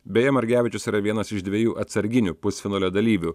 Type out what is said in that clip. beje margevičius yra vienas iš dviejų atsarginių pusfinalio dalyvių